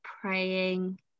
praying